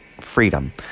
freedom